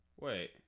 Wait